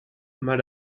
maar